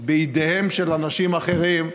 בידיהם של אנשים אחרים,